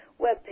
webpage